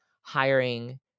hiring